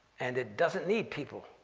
and it doesn't need people.